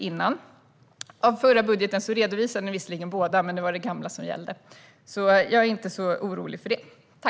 I den förra budgeten redovisade ni visserligen båda, men det var det gamla målet som gällde. Jag är inte särskilt orolig för detta.